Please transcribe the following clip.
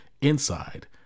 inside